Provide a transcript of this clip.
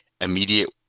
immediate